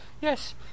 Yes